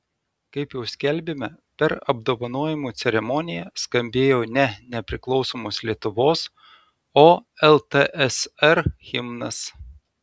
kaip jau skelbėme per apdovanojimų ceremoniją skambėjo ne nepriklausomos lietuvos o ltsr himnas